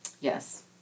Yes